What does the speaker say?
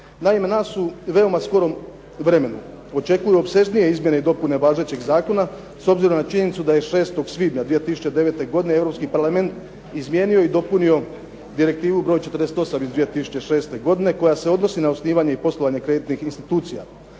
Naime, nas u veoma skorom vremenu očekuju opsežnije izmjene i dopune važećeg zakona s obzirom na činjenicu da je 6. svibnja 2009. godine Europski parlament izmijenio i dopunio Direktivu broj 48. iz 2006. godine koja se odnosi na osnivanje i poslovanje kreditnih institucija.